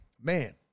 man